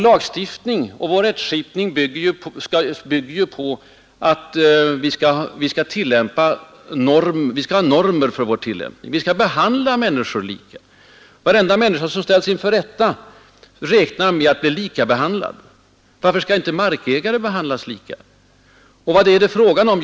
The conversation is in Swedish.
Lagstiftning och rättskipning bygger på att tillämpningen skall vara enhetlig, lika fall skall behandlas lika. Varenda människa som ställts inför rätta räknar med detta: likhet inför lagen. Varför skall inte markägare behandlas lika? Och vad är det fråga om här?